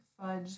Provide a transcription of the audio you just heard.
Fudge